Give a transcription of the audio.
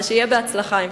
ושיהיה בהצלחה.